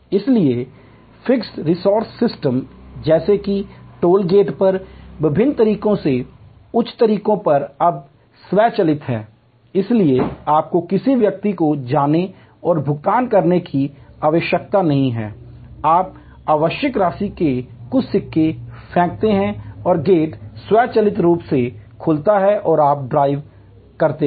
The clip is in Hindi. इसलिए फिक्स्ड रिस्पांस सिस्टम जैसे कि टोल गेट पर विभिन्न तरीकों से उच्च तरीकों पर अब स्वचालित हैं इसलिए आपको किसी व्यक्ति को जाने और भुगतान करने की आवश्यकता नहीं है आप आवश्यक राशि के कुछ सिक्के फेंकते हैं और गेट स्वचालित रूप से खुलता है और आप ड्राइव करते हैं